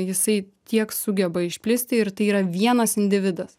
jisai tiek sugeba išplisti ir tai yra vienas individas